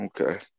Okay